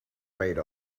made